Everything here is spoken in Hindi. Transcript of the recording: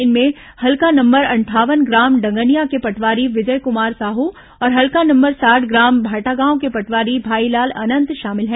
इनमें हल्का नंबर अंठावन ग्राम डगनिया के पटवारी विजय कुमार साहू और हल्का नंबर साठ ग्राम भाटागांव के पटवारी भाई लाल अनंत शामिल हैं